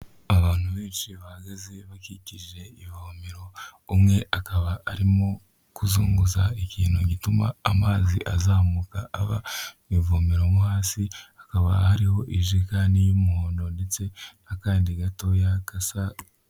Abantu benshi bageze bakikije ivomero umwe akaba arimo kuzunguza ikintu gituma amazi azamuka ava mu ivomero mo hasi, hakaba hariho ijerekani y'umuhondo ndetse n'akandi gatoya gasa.